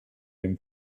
dem